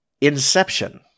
Inception